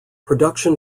production